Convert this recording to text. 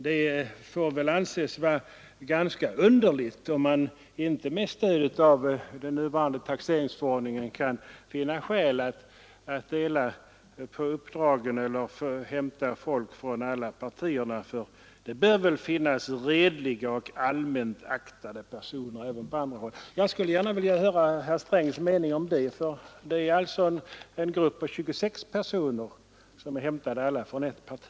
Det får väl anses vara ganska underligt, om man inte med stöd av den nuvarande taxeringsförordningen kan finna skäl att dela på uppdragen så att man hämtar folk från alla partierna — det bör finnas ”redliga och allmänt aktade personer” även på andra håll. Jag skulle gärna vilja höra herr Strängs mening om detta. Det gäller alltså en grupp på 26 personer som alla är hämtade från ett-parti.